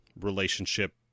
relationship